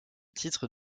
titre